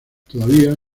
todavía